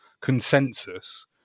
consensus